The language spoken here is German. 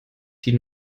die